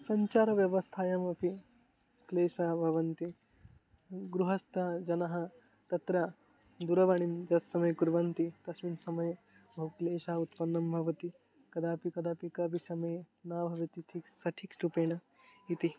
सञ्चारव्यवस्थायामपि क्लेशः भवति गृहस्त जनः तत्र दूरवाणीं यस्समये कुर्वन्ति तस्मिन् समये बहु क्लेशाः उत्पन्नाः भवन्ति कदापि कदापि कोपि समये न भवतीति सटिक्स् रूपेण इति